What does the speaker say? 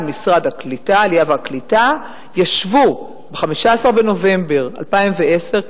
משרד העלייה והקליטה ישבו ב-15 בנובמבר 2010,